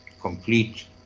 complete